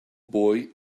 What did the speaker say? voy